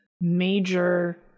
major